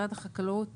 משרד החקלאות